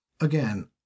again